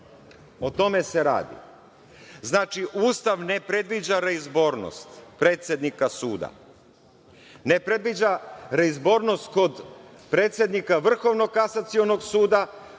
O tome se radi. Ustav ne predviđa reizbornost predsednika suda, ne predviđa reizbornost kod predsednika Vrhovnog kasacionog suda,